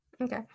Okay